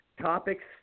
topics